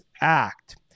act